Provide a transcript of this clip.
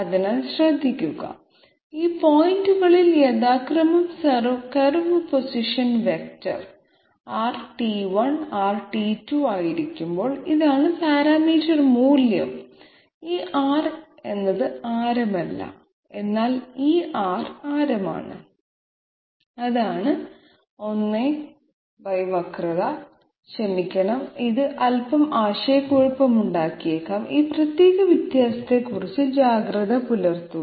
അതിനാൽ ശ്രദ്ധിക്കുക ഈ പോയിന്റുകളിൽ യഥാക്രമം curve position vector R R ആയിരിക്കുമ്പോൾ ഇതാണ് പരാമീറ്റർ മൂല്യം ഈ R എന്നത് ആരമല്ല എന്നാൽ ഈ R ആരമാണ് ഇതാണ് 1വക്രത ക്ഷമിക്കണം ഇത് അൽപ്പം ആശയക്കുഴപ്പമുണ്ടാക്കിയേക്കാം ഈ പ്രത്യേക വ്യത്യാസത്തെക്കുറിച്ച് ജാഗ്രത പുലർത്തുക